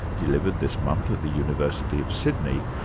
delivered this month at the university of sydney